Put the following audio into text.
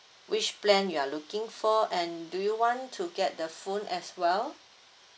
which plan you are looking for and do you want to get the phone as well